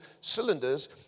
cylinders